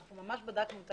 אנחנו ממש בדקנו את